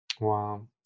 wow